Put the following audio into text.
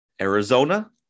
Arizona